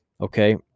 Okay